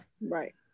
Right